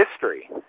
history